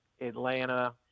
Atlanta